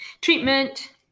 treatment